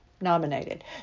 nominated